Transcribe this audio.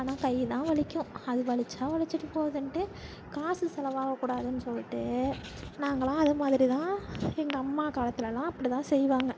ஆனால் கை தான் வலிக்கும் அது வலிச்சால் வலிச்சிட்டு போகுதுன்ட்டு காசு செலவாகக் கூடாதுன்னு சொல்லிட்டு நாங்கலாம் அது மாதிரிதான் எங்கள் அம்மா காலத்துலலாம் அப்படி தான் செய்வாங்க